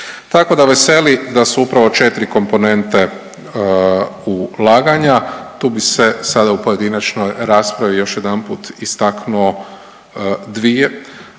Tako da veseli da su upravo 4 komponente ulaganja, tu bi se sada u pojedinačnoj raspravi još jedanput istaknuo 2,